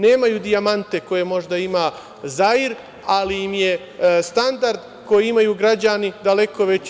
Nemaju dijamante koje možda ima Zair, ali im je standard koji imaju građani daleko veći.